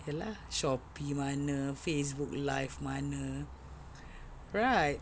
ye lah Shopee mana Facebook live mana right